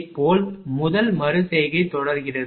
இதேபோல் முதல் மறு செய்கை தொடர்கிறது